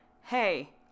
hey